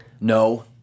No